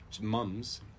mums